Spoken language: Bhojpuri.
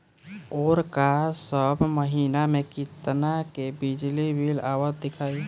ओर का सब महीना में कितना के बिजली बिल आवत दिखाई